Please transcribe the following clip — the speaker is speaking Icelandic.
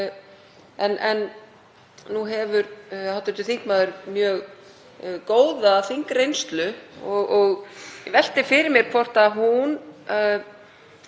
Nú hefur hv. þingmaður mjög góða þingreynslu og ég velti fyrir mér hvort hún